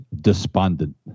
despondent